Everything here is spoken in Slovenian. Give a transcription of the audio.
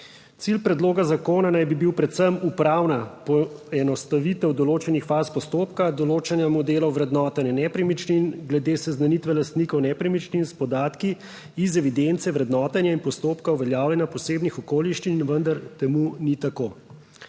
Cilj predloga zakona naj bi bil predvsem upravna poenostavitev določenih faz postopka določanja modelov vrednotenja nepremičnin glede seznanitve lastnikov nepremičnin s podatki iz evidence vrednotenja in postopka uveljavljanja posebnih okoliščin, vendar temu ni tako.